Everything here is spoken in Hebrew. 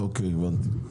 אוקיי, הבנתי.